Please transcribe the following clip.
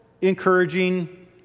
encouraging